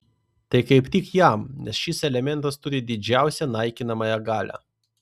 tai kaip tik jam nes šis elementas turi didžiausią naikinamąją galią